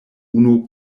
unu